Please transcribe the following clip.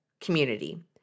community